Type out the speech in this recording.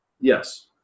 yes